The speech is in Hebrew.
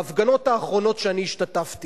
הכנסת נתנה